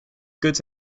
goods